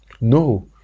No